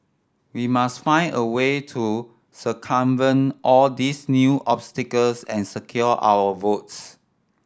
we must find a way to circumvent all these new obstacles and secure our votes